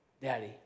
daddy